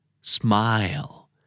smile